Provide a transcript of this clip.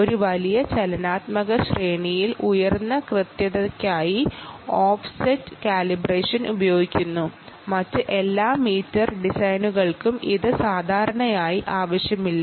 ഒരു വലിയ ഡൈനാമിക് ശ്രേണിയിൽ ഉയർന്ന അക്ക്യുറസിക്കായി ഓഫ്സെറ്റ് കാലിബ്രേഷൻ ഉപയോഗിക്കുന്നു മറ്റ് എല്ലാ മീറ്റർ ഡിസൈനുകൾക്കും ഇത് ആവശ്യമില്ല